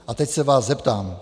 A teď se vás zeptám.